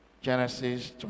Genesis